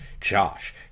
Josh